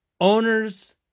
owners